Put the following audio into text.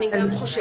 אני גם חושבת.